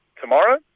tomorrow